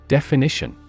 Definition